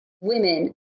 women